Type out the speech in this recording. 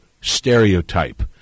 stereotype